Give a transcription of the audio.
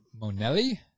Monelli